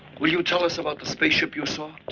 will you tell us about the spaceship you saw?